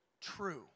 True